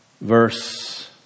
Verse